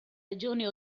regione